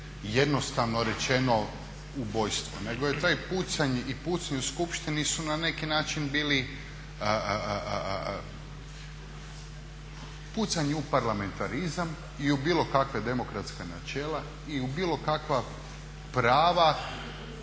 jednostavno rečeno ubojstvo, nego je taj pucanj i pucnji u Skupštini su na neki način bili pucanje u parlamentarizam i u bilo kakva demokratska načela i u bilo kakva prava